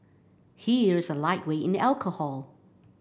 he is a lightweight in alcohol